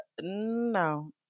No